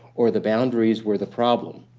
or the boundaries were the problem,